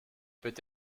peut